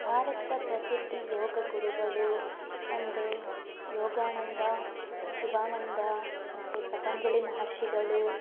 ಭಾರತದ ಪ್ರಸಿದ್ಧ ಯೋಗ ಗುರುಗಳು ಅಂದರೆ ಯೋಗಾನಂದ ಶಿವಾನಂದ ಮತ್ತು ಪತಂಜಲಿ ಮಹರ್ಷಿಗಳು